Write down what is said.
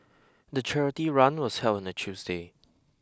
the charity run was held on a Tuesday